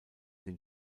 den